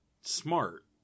smart